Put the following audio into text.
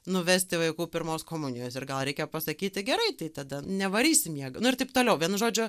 nuvesti vaikų pirmos komunijos ir gal reikia pasakyti gerai tai tada nevarysim jėga nu ir taip toliau vienu žodžiu